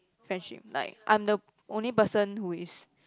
friendship like I'm the only person who is